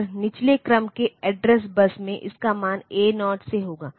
और निचले क्रम के एड्रेस बस में इसका मान A 0 से होगा